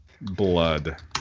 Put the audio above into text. blood